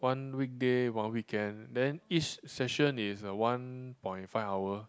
one weekday one weekend then each session is uh one point five hour